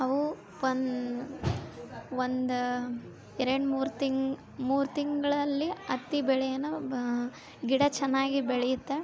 ಅವು ಒಂದ್ ಒಂದು ಎರಡು ಮೂರು ತಿಂಗ್ ಮೂರು ತಿಂಗಳಲ್ಲಿ ಹತ್ತಿ ಬೆಳೆಯನ್ನ ಗಿಡ ಚೆನ್ನಾಗಿ ಬೆಳೆಯುತ್ತೆ